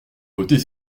voter